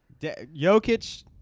Jokic